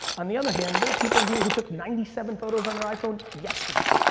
on the other hand, there are people in here who took ninety seven photos on their iphone yesterday.